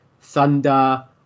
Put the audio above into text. thunder